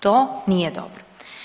To nije dobro.